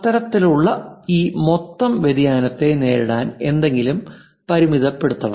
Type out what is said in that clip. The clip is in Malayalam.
അത്തരത്തിലുള്ള ഈ മൊത്തം വ്യതിയാനത്തെ നേരിടാൻ എന്തെങ്കിലും പരിമിതപ്പെടുത്തണം